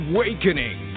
Awakening